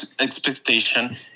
expectation